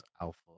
alpha